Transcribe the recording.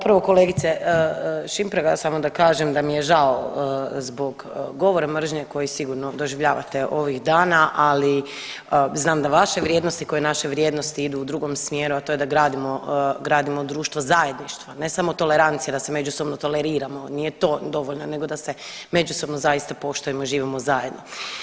Prvo kolegice Šimpraga samo da kažem da mi je žao zbog govora mržnje koji sigurno doživljavate ovih dana, ali znam da vaše vrijednosti kao i naše vrijednosti idu u drugom smjeru, a to je da gradimo, gradimo društvo zajedništva ne samo tolerancije da se međusobno toleriramo nije to dovoljno nego da se međusobno zaista poštujemo i živimo zajedno.